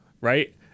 right